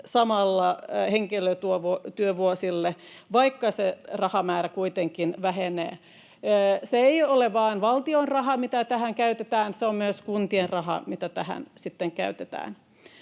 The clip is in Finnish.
samoille henkilötyövuosille, vaikka se rahamäärä kuitenkin vähenee. Se ei ole vain valtion rahaa, mitä tähän käytetään, vaan se on myös kuntien rahaa, mitä tähän sitten